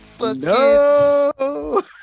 No